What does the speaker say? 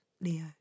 Leo